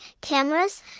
cameras